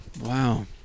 Wow